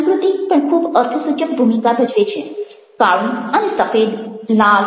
સંસ્ક્રુતિ પણ ખૂબ અર્થસૂચક ભૂમિકા ભજવે છે કાળું અને સફેદ લાલ